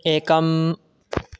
एकम्